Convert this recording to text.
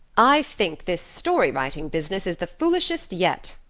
i think this story-writing business is the foolishest yet,